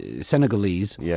senegalese